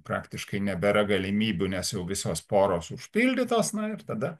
praktiškai nebėra galimybių nes jau visos poros užpildytos na ir tada